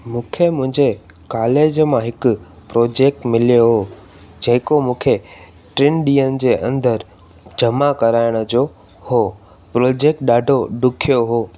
मूंखे मुंहिंजे कॉलेज मां हिकु प्रोजेक्ट मिलियो हो जेको मूंखे टिनि ॾींहनि जे अंदरि जमा कराइण जो हो प्रोजेक्ट ॾाढो ॾुखियो हो